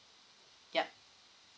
yup